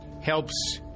helps